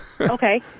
Okay